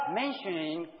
mentioning